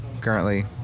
currently